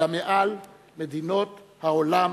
אלא מעל מדינות העולם